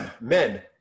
Men